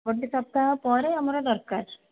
ଗୋଟେ ସପ୍ତାହ ପରେ ଆମର ଦରକାର